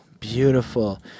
beautiful